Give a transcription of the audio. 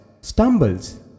stumbles